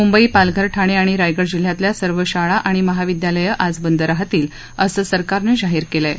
मुंबई पालघर ठाणे आणि रायगड जिल्ह्यातल्या सर्व शाळा आणि महाविद्यालयं आज बंद राहतील असं सरकारनं जाहीर केलं आहे